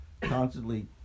constantly